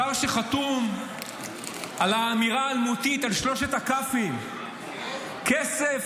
השר שחתום על האמירה האלמותית על שלושת הכ"פים: כסף,